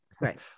Right